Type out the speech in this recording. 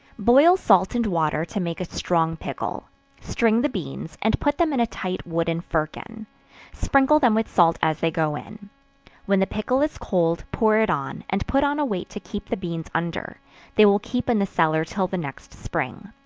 boil salt and water to make a strong pickle string the beans, and put them in a tight wooden firkin sprinkle them with salt as they go in when the pickle is cold, pour it on, and put on a weight to keep the beans under they will keep in the cellar till the next spring.